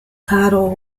title